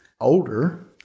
older